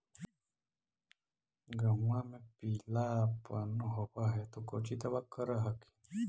गोहुमा मे पिला अपन होबै ह तो कौची दबा कर हखिन?